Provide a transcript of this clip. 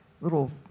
little